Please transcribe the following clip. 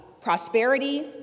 prosperity